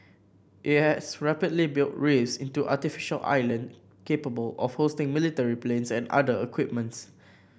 it has rapidly built reefs into artificial island capable of hosting military planes and other equipments